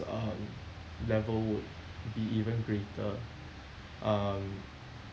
uh level would be even greater um